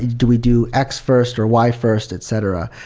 do we do x first, or y first, etc?